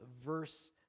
verse